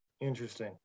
Interesting